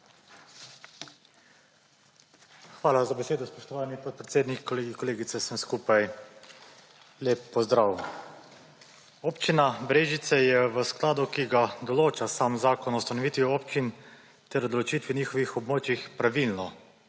Hvala za besedo, spoštovani podpredsednik. Kolegice, kolegi, vsem skupaj lep pozdrav! Občina Brežice je v skladu, ki ga določa sam Zakon o ustanovitvi občin ter o določitvi njihovih območij pravilno